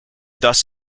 thus